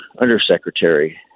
undersecretary